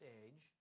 age